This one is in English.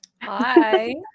Hi